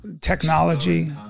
Technology